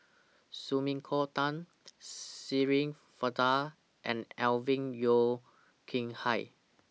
Sumiko Tan Shirin Fozdar and Alvin Yeo Khirn Hai